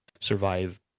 survive